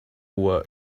were